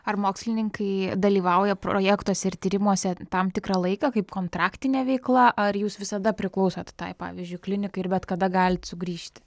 ar mokslininkai dalyvauja projektuose ir tyrimuose tam tikrą laiką kaip kontraktinė veikla ar jūs visada priklausot tai pavyzdžiui klinikai ir bet kada galit sugrįžti